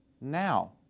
now